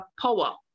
power